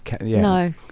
No